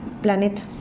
planeta